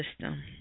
system